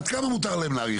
עד כמה מותר להם להאריך?